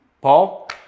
Paul